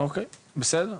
אוקי בסדר,